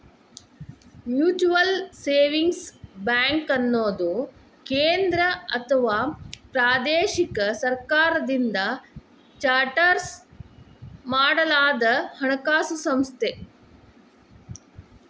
mutual savings ಬ್ಯಾಂಕ್ಅನ್ನುದು ಕೇಂದ್ರ ಅಥವಾ ಪ್ರಾದೇಶಿಕ ಸರ್ಕಾರದಿಂದ ಚಾರ್ಟರ್ ಮಾಡಲಾದಹಣಕಾಸು ಸಂಸ್ಥೆ